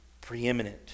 preeminent